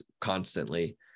constantly